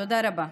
תודה רבה.